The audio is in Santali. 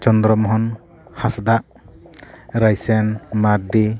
ᱪᱚᱫᱨᱚ ᱢᱳᱦᱚᱱ ᱦᱟᱸᱥᱫᱟ ᱨᱟᱭᱥᱮᱱ ᱢᱟᱨᱰᱤ